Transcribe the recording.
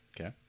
Okay